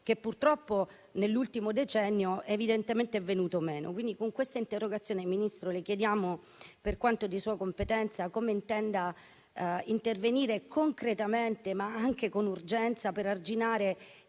che purtroppo nell'ultimo decennio evidentemente è venuto meno. Quindi, con questa interrogazione, signor Ministro, le chiediamo, per quanto di sua competenza, come intenda intervenire concretamente, ma anche con urgenza, per arginare